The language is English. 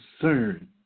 concern